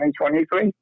2023